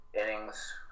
innings